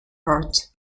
heart